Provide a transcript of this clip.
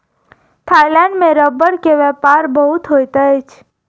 Thailand में रबड़ के व्यापार बहुत होइत अछि